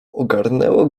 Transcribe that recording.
ogarnęło